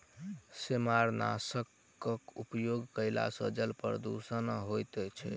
सेमारनाशकक उपयोग करला सॅ जल प्रदूषण होइत छै